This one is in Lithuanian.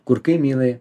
kur kaimynai